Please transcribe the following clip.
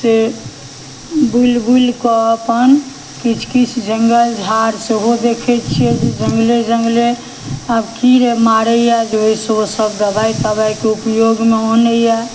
से बुलि बुलि कऽ अपन किछु किछु जंगल झाड़ सेहो देखै छियै जे जंगले जंगले आब कीरे मारैये जे ओहिसँ ओ सब दबाइ तबाइके उपयोगमे अनैया